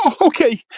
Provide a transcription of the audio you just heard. Okay